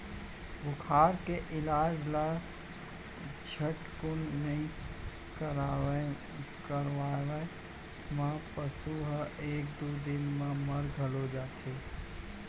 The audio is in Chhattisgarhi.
बुखार के इलाज ल झटकुन नइ करवाए म पसु ह एक दू दिन म मर घलौ जाथे